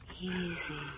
Easy